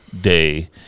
Day